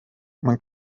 man